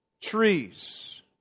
Trees